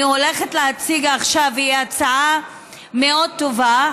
הולכת להציג עכשיו היא הצעה מאוד טובה.